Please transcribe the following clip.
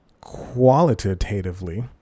Qualitatively